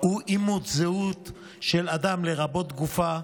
או אימות זהות של אדם לרבות גופה,